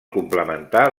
complementar